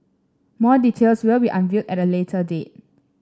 more details will be unveiled at a later date